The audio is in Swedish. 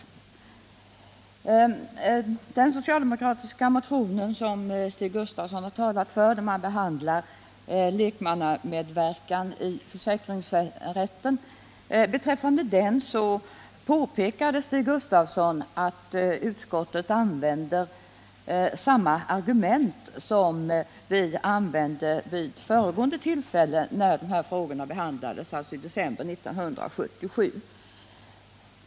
Vad beträffar den socialdemokratiska motionen, som Stig Gustafsson har talat för och som behandlar lekmannamedverkan i försäkringsrätterna, påpekade Stig Gustafsson att utskottet använder samma argument som vi använde vid föregående tillfälle när de här frågorna behandlades, alltså i december 1977.